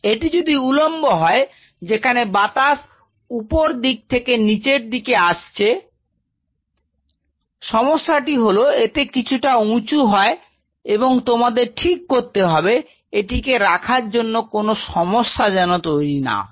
এটি যদি উলম্ব হয় যেখানে বাতাস অপর দিক থেকে নিচের দিকে আসছে সমস্যাটি হল এতে কিছুটা উঁচু হয় এবং তোমাদের ঠিক করতে হবে এটিকে রাখার জন্য কোন সমস্যা যেন তৈরি না হয়